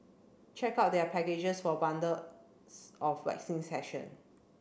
check out their packages for bundles of waxing session